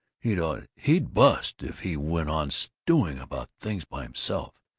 he'd oh, he'd bust if he went on stewing about things by himself.